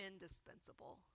indispensable